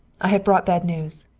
i have brought bad news,